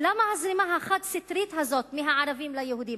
למה הזרימה החד-סטרית הזאת מהערבים ליהודים?